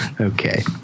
Okay